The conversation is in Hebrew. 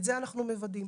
את זה אנחנו מוודאים.